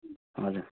हजुर